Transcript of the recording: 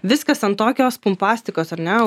viskas ant tokios pompastikos ar ne